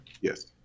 Yes